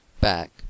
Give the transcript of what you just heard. back